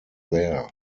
there